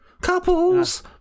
couples